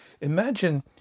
Imagine